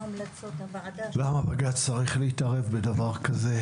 אני ממליץ לכם לעשות איזה סיעור מוחות פנימי,